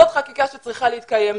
זו חקיקה שצריכה להתקיים.